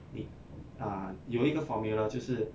你 err 有一个 formula 就是